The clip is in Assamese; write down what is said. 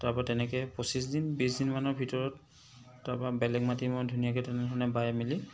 তাৰ পৰা তেনেকৈ পঁচিছ দিন বিছ দিনমানৰ ভিতৰত তাৰ পৰা বেলেগ মাটি মই ধুনীয়াকৈ বাই মেলি